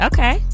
Okay